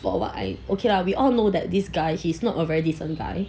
for what I okay lah we all know that this guy he's not a very decent guy